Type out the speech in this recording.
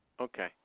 Okay